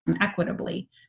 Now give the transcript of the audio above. equitably